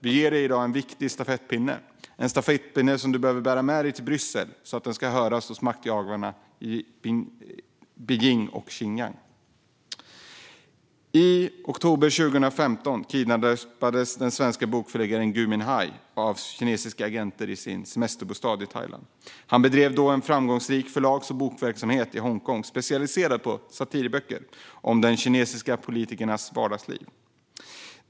Vi ger dig i dag en viktig stafettpinne att lämna över i Bryssel så att detta ska höras hos makthavarna i Beijing och Xinjiang. I oktober 2015 kidnappades den svenska bokförläggaren Gui Minhai av kinesiska agenter i sin semesterbostad i Thailand. Han drev då en framgångsrik förlags och bokhandelsverksamhet i Hongkong specialiserad på satirböcker om kinesiska politikers vardagsliv.